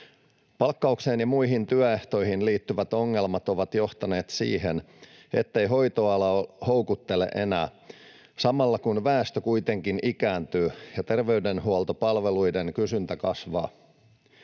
Palkkaukseen ja muihin työehtoihin liittyvät ongelmat ovat johtaneet siihen, ettei hoitoala houkuttele enää — samalla, kun väestö kuitenkin ikääntyy ja terveydenhuoltopalveluiden kysyntä kasvaa.